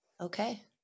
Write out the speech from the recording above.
Okay